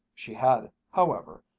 she had, however,